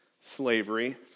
slavery